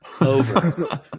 Over